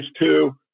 two